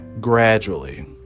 gradually